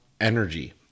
energy